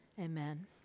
amen